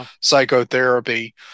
psychotherapy